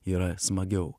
yra smagiau